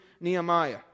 Nehemiah